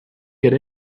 get